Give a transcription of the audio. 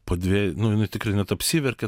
po dviejų nu jinai tikrai net apsiverkė